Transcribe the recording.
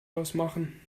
ausmachen